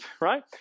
right